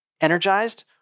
energized